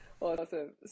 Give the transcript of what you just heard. awesome